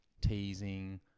teasing